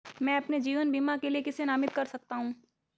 मैं अपने जीवन बीमा के लिए किसे नामित कर सकता हूं?